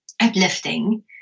uplifting